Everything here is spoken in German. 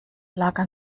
lagern